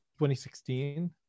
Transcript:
2016